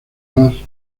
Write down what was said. dos